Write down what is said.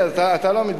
תגיד לי, אתה לא מתבייש?